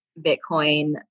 Bitcoin